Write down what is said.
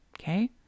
Okay